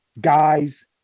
guys